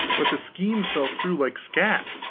but the scheme fell through like scat!